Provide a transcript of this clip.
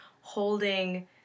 holding